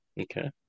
Okay